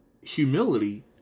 humility